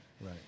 right